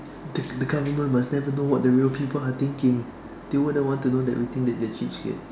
the the government must never know what the real people are thinking they wouldn't want to know that we think that they are cheapskate